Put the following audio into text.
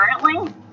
Currently